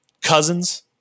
Cousins